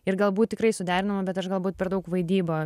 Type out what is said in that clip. ir galbūt tikrai suderinama bet aš galbūt per daug vaidybą